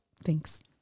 thanks